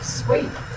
sweet